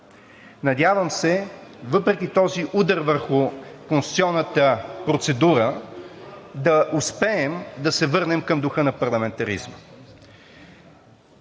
Надявам се, въпреки този удар върху конституционната процедура, да успеем да се върнем към духа на парламентаризма.